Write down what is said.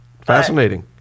fascinating